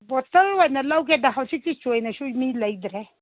ꯕꯣꯇꯜ ꯑꯣꯏꯅ ꯂꯧꯒꯦꯗ ꯍꯧꯖꯤꯛꯇꯤ ꯆꯣꯏꯅꯁꯨ ꯃꯤ ꯂꯇꯔꯦ